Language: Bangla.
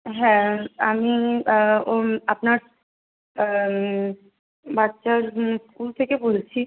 হ্যাঁ আমি আপনার বাচ্চার স্কুল থেকে বলছি